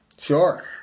Sure